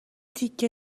تیکه